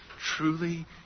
Truly